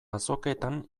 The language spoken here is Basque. azoketan